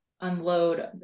unload